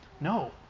No